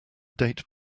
date